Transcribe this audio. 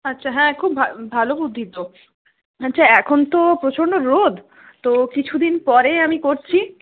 আচ্ছা হ্যাঁ খুব ভা ভালো বুদ্ধি তো আচ্ছা এখন তো প্রচন্ড রোদ তো কিছুদিন পরেই আমি করছি